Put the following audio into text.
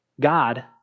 God